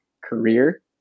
career